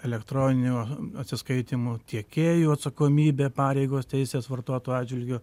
elektroninių atsiskaitymų tiekėjų atsakomybė pareigos teisės vartotojų atžvilgiu